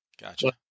Gotcha